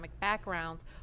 backgrounds